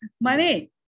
money